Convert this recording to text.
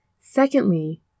secondly